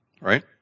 Right